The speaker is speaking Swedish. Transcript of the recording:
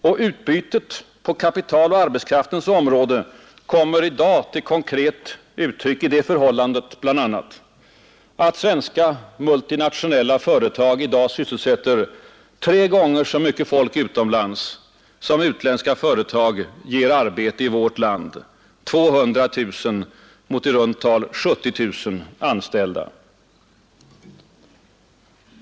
Och utbytet på kapitaloch arbetskraftsområdena kommer till konkret uttryck i det förhållandet bl.a. att svenska multinationella företag i dag sysselsätter tre gånger så mycket folk utomlands som utländska företag ger arbete i vårt land — 200 000 mot i runt tal 70 000 anställda.